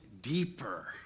deeper